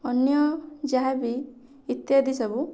ଅନ୍ୟ ଯାହାବି ଇତ୍ୟାଦି ସବୁ